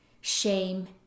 shame